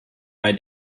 bei